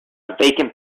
vacant